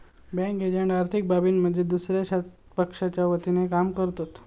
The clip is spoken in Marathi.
बँक एजंट आर्थिक बाबींमध्ये दुसया पक्षाच्या वतीनं काम करतत